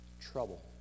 trouble